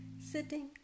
sitting